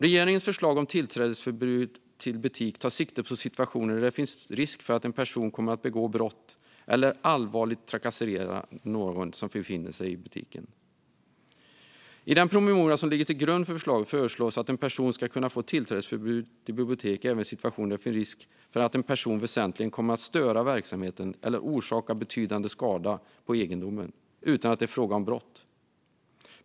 Regeringens förslag om tillträdesförbud till butik tar sikte på situationer där det finns risk för att en person kommer att begå brott i butiken eller allvarligt trakassera någon som befinner sig där. I den promemoria som ligger till grund för förslaget föreslås att en person ska kunna få tillträdesförbud till bibliotek även i situationer där det finns risk för att personen väsentligen kommer att störa verksamheten eller orsaka betydande skada på egendomen utan att det är fråga om brott.